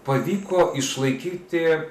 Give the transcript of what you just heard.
pavyko išlaikyti